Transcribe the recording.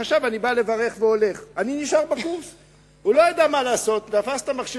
הוא חשב שאני בא לברך והולך, אבל נשארתי בקורס.